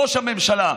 ראש הממשלה,